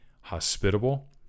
hospitable